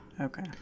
Okay